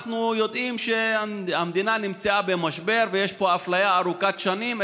אנחנו יודעים שהמדינה נמצאת במשבר ויש פה אפליה ארוכת שנים,